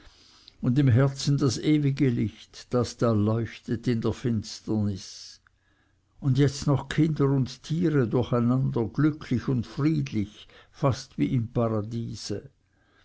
und im herzen das ewige licht das da leuchtet in der finsternis und jetzt noch kinder und tiere durcheinander glücklich und friedlich fast wie im paradiese